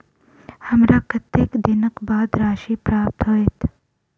हमरा कत्तेक दिनक बाद राशि प्राप्त होइत?